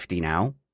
now